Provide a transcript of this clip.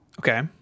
Okay